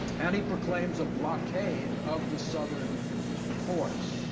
and he proclaims a blockade of the southern ports.